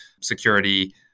security